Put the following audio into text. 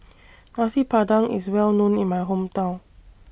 Nasi Padang IS Well known in My Hometown